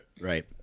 Right